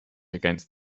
against